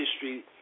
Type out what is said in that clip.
history